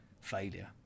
failure